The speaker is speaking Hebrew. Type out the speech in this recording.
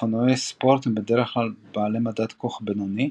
אופנועי ספורט הם בעלי מדד קוך בינוני,